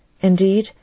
Indeed